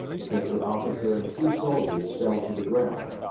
because the officer and two soldiers fell to the ground.